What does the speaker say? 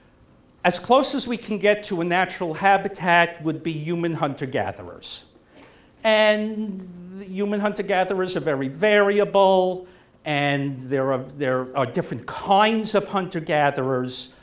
as close as we can get to a natural habitat would be human hunter-gatherers and human hunter-gatherers are very variable and there are there ah different kinds of hunter-gatherers,